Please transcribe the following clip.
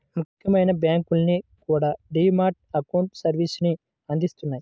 ముఖ్యమైన బ్యాంకులన్నీ కూడా డీ మ్యాట్ అకౌంట్ సర్వీసుని అందిత్తన్నాయి